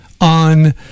on